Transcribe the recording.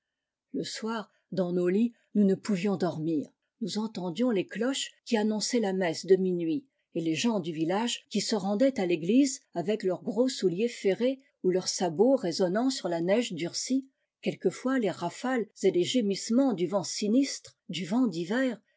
le soir dans nos lits nous ne pouvions dormir nous entendions les cloches qui annonçaient la messe de minuit et les gens du village qui se rendaient à l'église avec leurs gros souliers ferrés ou leurs sabots résonnant sur la neige durcie quelquefois les rafales et les gémissements du vent sinistre du vent d'hiver